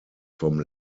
vom